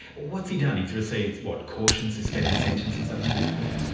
what's he done? he's received, what, cautions, suspended sentences up to this point?